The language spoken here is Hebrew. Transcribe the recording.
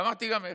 ואמרתי גם איך: